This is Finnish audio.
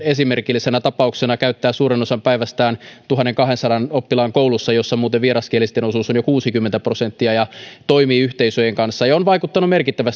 esimerkillisenä tapauksena käyttää suuren osan päivästään tuhanteenkahteensataan oppilaan koulussa jossa muuten vieraskielisten osuus on jo kuusikymmentä prosenttia ja toimii yhteisöjen kanssa ja on vaikuttanut merkittävästi